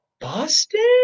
Boston